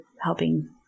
helping